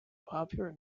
popular